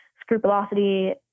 scrupulosity